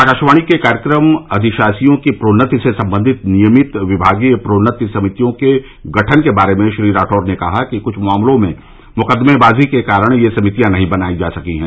आकाशवाणी के कार्यक्रम अधिशासियों की प्रोन्नति से संबंधित नियमित विभागीय प्रोन्नति समितियों के गठन के बारे में श्री राठौड़ ने कहा कि कुछ मामलों में मुकदमेबाज़ी के कारण यह समितियां नहीं बनाई जा सकी है